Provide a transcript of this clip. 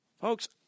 Folks